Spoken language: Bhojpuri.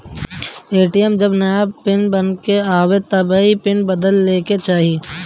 ए.टी.एम जब नाया बन के आवे तबो पिन बदल लेवे के चाही